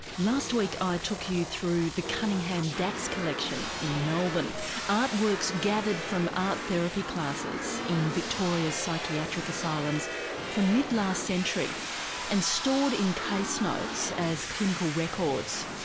last week i took you through the cunningham dax collection in melbourne artworks gathered from art therapy classes in victoria's psychiatric asylums from mid-last century and stored in case notes as clinical records.